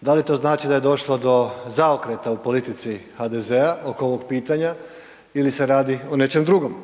Da li to znači da je došlo do zaokreta u politici HDZ-a oko ovog pitanja ili se radi o nečem drugom?